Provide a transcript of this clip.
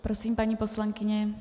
Prosím, paní poslankyně.